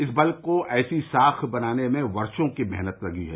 इस बल को ऐसी साख बनाने में वर्षो की मेहनत लगी है